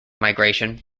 migration